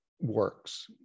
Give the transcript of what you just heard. works